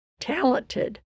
talented